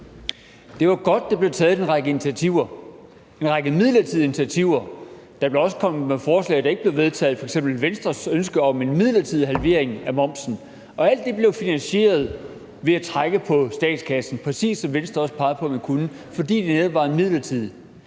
Det var godt, at der blev taget en række initiativer, en række midlertidige initiativer – der kom også forslag, der ikke blev vedtaget, f.eks. Venstres ønske om en midlertidig halvering af momsen – og alt det blev finansieret ved at trække på statskassen. Præcis som Venstre også pegede på, at man kunne, fordi det netop var midlertidigt.